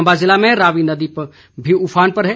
चम्बा ज़िले में रावी नदी भी उफान पर है